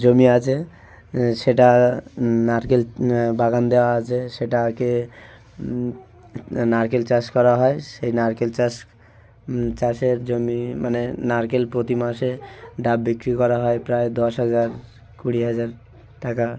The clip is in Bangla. জমি আছে সেটা নারকেল বাগান দেয়া আছে সেটাকে নারকেল চাষ করা হয় সেই নারকেল চাষ চাষের জমি মানে নারকেল প্রতিমাসে ডাব বিক্রি করা হয় প্রায় দশ হাজার কুড়ি হাজার টাকা